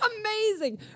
Amazing